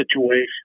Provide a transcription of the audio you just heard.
situation